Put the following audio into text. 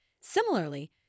Similarly